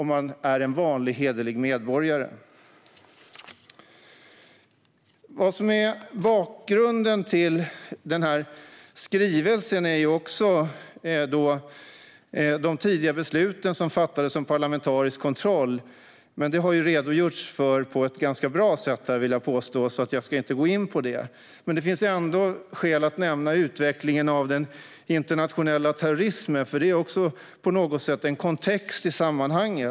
Med i bakgrunden till denna skrivelse finns också de beslut som tidigare fattats om parlamentarisk kontroll. Jag vill påstå att detta har redogjorts för på ett ganska bra sätt, så jag ska inte gå in på det. Det finns dock ändå skäl att nämna den internationella terrorismens utveckling, för detta är på något sätt en kontext i sammanhanget.